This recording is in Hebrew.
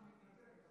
הקו מתנתק.